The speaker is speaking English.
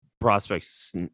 prospects